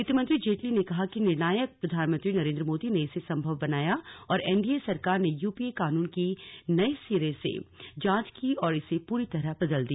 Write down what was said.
वित्तमंत्री जेटली ने कहा कि निर्णायक प्रधानमंत्री नरेन्द्री मोदी ने इसे संभव बनाया और एनडीए सरकार ने यूपीए कानून की नए सिरे से जांच की और इसे पूरी तरह बदल दिया